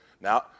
Now